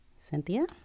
Cynthia